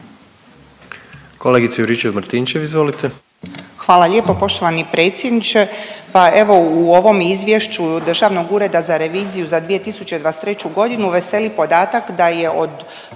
**Juričev-Martinčev, Branka (HDZ)** Hvala lijepo poštovani predsjedniče, pa evo u ovom Izvješću Državnog ureda za reviziju za 2023. g. veseli podatak da je od